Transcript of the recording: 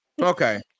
Okay